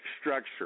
structure